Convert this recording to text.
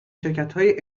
شرکتهای